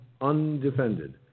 undefended